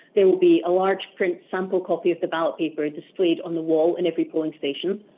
there will be a large print sample copy of the ballot paper displayed on the wall in every polling station.